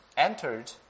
Entered